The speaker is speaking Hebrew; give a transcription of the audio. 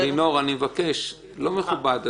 לינור, זה לא מכובד.